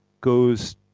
goes